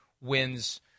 wins